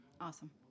Awesome